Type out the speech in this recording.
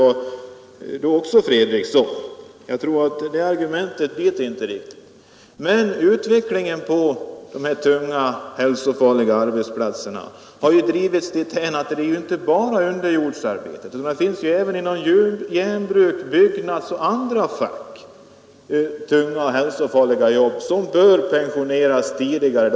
Jag tror inte att det argumentet är riktigt. Utvecklingen på dessa hälsofarliga arbetsplatser har dock drivits dithän, att det inte bara är fråga om underjordsarbete. Det finns tunga och hälsofarliga jobb även inom järnbruk, byggnadsindustrin och andra fack, och de som arbetar inom dessa bör kunna pensioneras tidigare.